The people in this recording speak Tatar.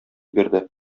бирде